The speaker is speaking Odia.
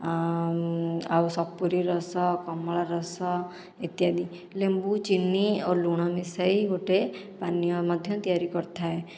ଆଉ ସପୁରି ରସ କମଳା ରସ ଇତ୍ୟାଦି ଲେମ୍ବୁ ଚିନି ଓ ଲୁଣ ମିଶାଇ ଗୋଟିଏ ପାନୀୟ ମଧ୍ୟ ତିଆରି କରିଥାଏ